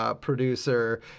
Producer